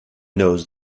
knows